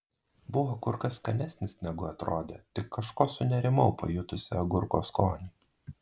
buvo kur kas skanesnis negu atrodė tik kažko sunerimau pajutusi agurko skonį